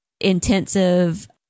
intensive